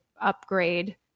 upgrade